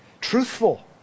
Truthful